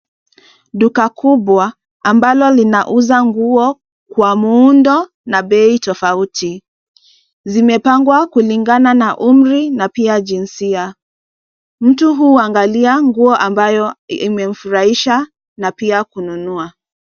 Duka kubwa ambalo linausa nguo kwa muundo na pei tafauti. Zimepangwa kulingana na umri na pia jinsia. Mtu huu uangalia nguo ambayo imefurahisha na pia kununua.